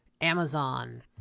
Amazon